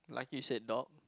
like you said dog